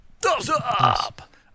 Thumbs-up